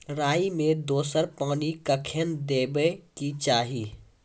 राई मे दोसर पानी कखेन देबा के चाहि?